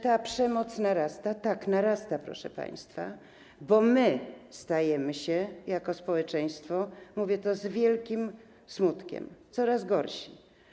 Ta przemoc narasta, tak, narasta, proszę państwa, bo my stajemy się jako społeczeństwo - mówię to z wielkim smutkiem - coraz gorsi.